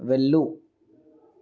వెళ్ళు